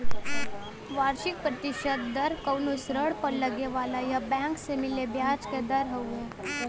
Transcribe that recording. वार्षिक प्रतिशत दर कउनो ऋण पर लगे वाला या बैंक से मिले ब्याज क दर हउवे